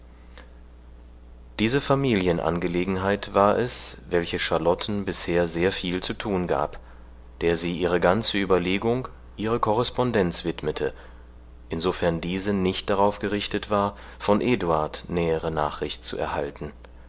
diese familienangelegenheit war es welche charlotten bisher sehr viel zu tun gab der sie ihre ganze überlegung ihre korrespondenz widmete insofern diese nicht darauf gerichtet war von eduard nähere nachricht zu erhalten